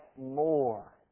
more